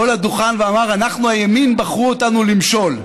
פה לדוכן ואמר: אנחנו הימין, בחרו בנו למשול.